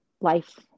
life